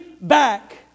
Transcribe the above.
back